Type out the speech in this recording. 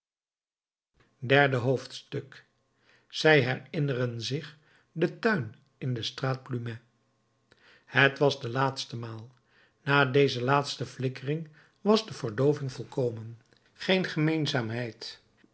derde hoofdstuk zij herinneren zich den tuin in de straat plumet het was de laatste maal na deze laatste flikkering was de verdooving volkomen geen gemeenzaamheid